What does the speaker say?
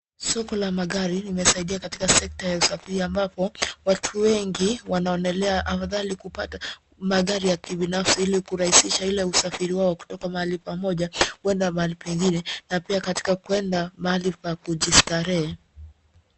Soko la magari limesaidia katika sekta ya usafiri ambapo watu wengi wanaonelea afadhali kupata magari ya kibinafsi ili kurahihisha Ile usafiri wao kutoka mahali pamoja kuenda mahali pengine na pia katika kuenda mahali pa kujistarehe.